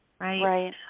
right